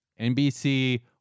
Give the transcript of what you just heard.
NBC